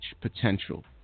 Potential